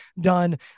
done